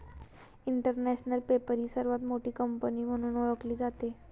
international paper ही सर्वात मोठी पेपर कंपनी म्हणून ओळखली जाते